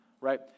right